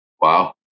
Wow